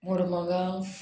Mormugao